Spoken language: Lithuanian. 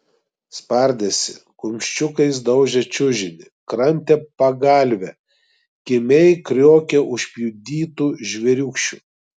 spardėsi kumščiukais daužė čiužinį kramtė pagalvę kimiai kriokė užpjudytu žvėriūkščiu